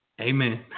Amen